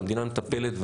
המדינה מטפלת,